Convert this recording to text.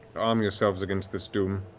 arm yourselves against this doom.